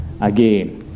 Again